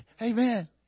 amen